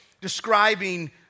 Describing